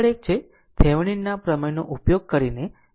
આગળ એક છે થેવેનીનના પ્રમેયનો ઉપયોગ કરીને 0